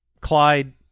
Clyde